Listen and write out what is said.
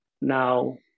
now